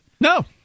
No